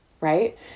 right